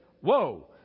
whoa